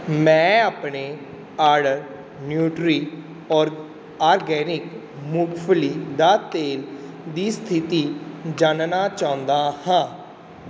ਮੈਂ ਆਪਣੇ order Nutriorg organic ਮੂੰਗਫਲੀ ਦਾ ਤੇਲ ਦੀ ਸਥਿਤੀ ਜਾਣਨਾ ਚਾਹੁੰਦਾ ਹਾਂ